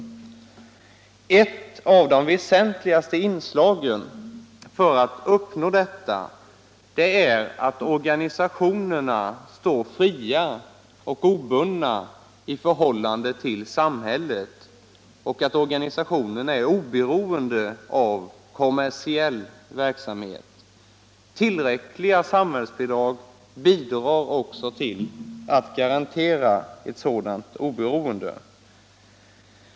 Ett av de väsentligaste inslagen i strävandena att uppnå detta är att organisationerna står obundna och fria i förhållande till samhället och är oberoende av kommersiell verksamhet. Tillräckliga samhällsbidrag medverkar till att garantera ett sådant oberoende.